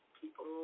people